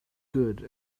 good